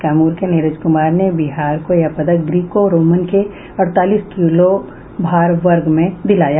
कैमूर के नीरज कुमार ने बिहार को यह पदक ग्रीको रोमन के अड़तालीस किलो भार वर्ग में दिलाया